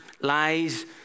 lies